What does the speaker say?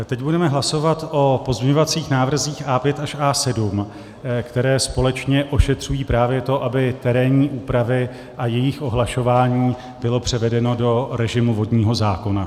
Teď budeme hlasovat o pozměňovacích návrzích A5 až A7, které společně ošetřují právě to, aby terénní úpravy a jejich ohlašování byly převedeny do režimu vodního zákona.